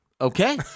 okay